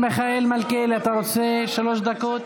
חבר הכנסת מיכאל מלכיאלי, אתה רוצה שלוש דקות?